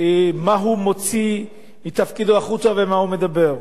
מה הוא מוציא מתפקידו החוצה ומה הוא מדבר?